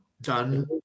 Done